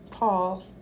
Paul